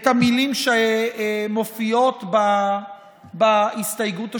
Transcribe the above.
את המילים שמופיעות בהסתייגות השנייה?